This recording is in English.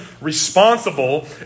responsible